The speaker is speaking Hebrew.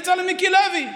אצל מיקי לוי.